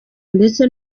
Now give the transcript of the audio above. ndetse